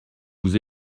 vous